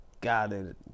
God